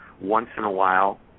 once-in-a-while